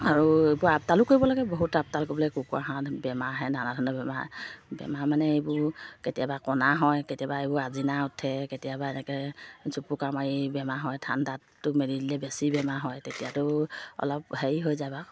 আৰু এইবোৰ আপতালো কৰিব লাগে বহুত আপতাল কৰিবলৈ কুকুৰা হাঁহ বেমাৰ আহে নানা ধৰণৰ বেমাৰ বেমাৰ মানে এইবোৰ কেতিয়াবা কণা হয় কেতিয়াবা এইবোৰ আজিনা উঠে কেতিয়াবা এনেকৈ জোপুকামাৰি বেমাৰ হয় ঠাণ্ডাতো মেলি দিলে বেছি বেমাৰ হয় তেতিয়াতো অলপ হেৰি হৈ যাব